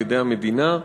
על-ידי המדינה.